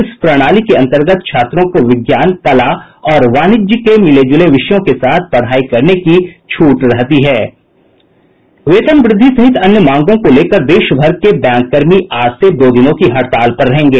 इस प्रणाली के अन्तर्गत छात्रों को विज्ञान कला और वाणिज्य के मिले जुले विषयों के साथ पढ़ाई करने की छूट रहती है वेतन वृद्धि सहित अन्य मांगों को लेकर देशभर के बैंक कर्मी आज से दो दिनों की हड़ताल पर रहेंगे